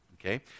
Okay